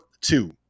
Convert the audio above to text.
two